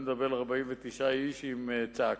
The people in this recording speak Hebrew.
ואני מדבר על 49 איש עם צעקות.